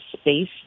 space